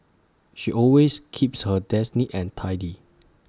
she always keeps her desk neat and tidy